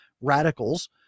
radicals